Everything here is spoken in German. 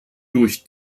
durch